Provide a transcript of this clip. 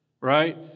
right